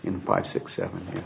in five six seven